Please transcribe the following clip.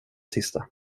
sista